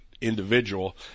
individual